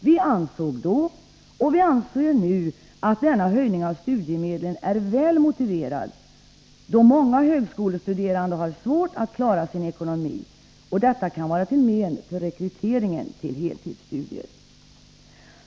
Vi ansåg då och anser nu att denna höjning av studiemedlen är väl motiverad, då många högskolestuderande har svårt att klara sin ekonomi och detta kan vara till men för rekryteringen till heltidsstudier.